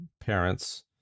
parents